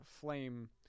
flame